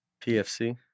PFC